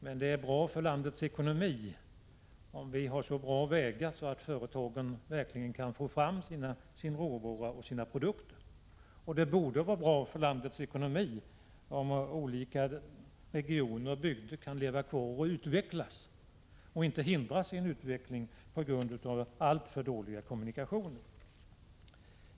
Men det är bra för landets ekonomi om vi har så bra vägar att företagen verkligen kan få fram sina råvaror och sina produkter. Och det borde vara bra för landets ekonomi om olika regioner och bygder kan leva kvar och utvecklas och inte hindras i sin utveckling genom alltför dåliga kommunikationer.